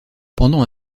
pendant